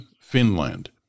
Finland